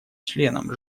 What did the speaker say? членом